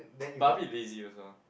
but a bit lazy also ah